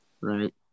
right